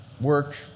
work